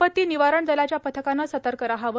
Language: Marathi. आपत्ती निवारण दलाच्या पथकानं सतर्क रहावं